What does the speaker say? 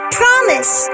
promise